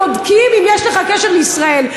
בודקים אם יש לך קשר לישראל.